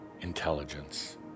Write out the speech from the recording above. intelligence